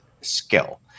skill